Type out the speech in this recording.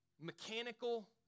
mechanical